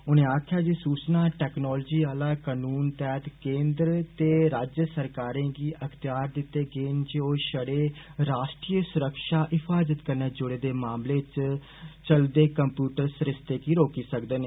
उने आक्खेआ जे सूचना टैक्नॉलोजी आले कानून तैहत केन्द्र ते राज्य सरकारें गी अख्तयार दिते गेदे न जे ओ छड़े रॉश्ट्री सुरक्षा हिफाजत कन्नै जुड़े दे मामलें च चलदे कम्पयूटर सरिस्ते गी रोकी सकदे न